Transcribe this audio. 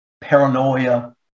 paranoia